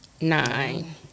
nine